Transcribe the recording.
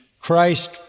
Christ